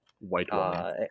White